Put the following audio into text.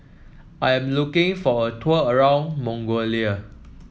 I am looking for a tour around Mongolia